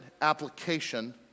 application